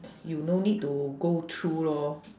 you no need to go through lor